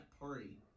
party